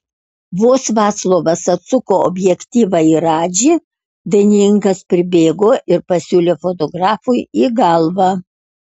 vos vaclovas atsuko objektyvą į radžį dainininkas pribėgo ir pasiūlė fotografui į galvą